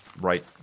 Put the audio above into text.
right